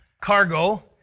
cargo